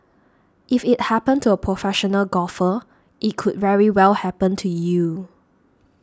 if it happened to a professional golfer it could very well happen to you